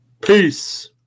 Peace